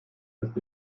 ist